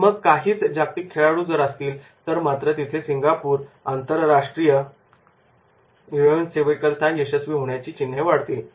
आणि मग काहीच जागतिक खेळाडू जर असतील तर मात्र तिथे सिंगापूर आंतरराष्ट्रीय विमानसेवा करिता यशस्वी होण्याची चिन्हे वाढतील